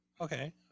Okay